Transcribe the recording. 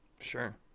sure